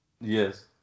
Yes